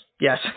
yes